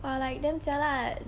!wah! like damn jialat